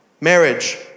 marriage